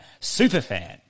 superfan